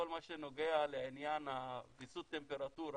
כל מה שנוגע לעניין ויסות טמפרטורה,